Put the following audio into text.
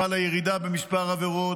חלה ירידה במספר העבירות,